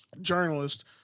journalist